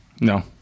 No